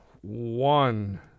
one